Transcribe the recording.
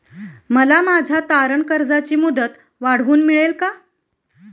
मला माझ्या तारण कर्जाची मुदत वाढवून मिळेल का?